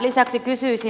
lisäksi kysyisin